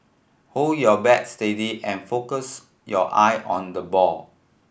hold your bat steady and focus your eye on the ball